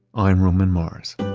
i'm roman mars.